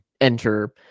enter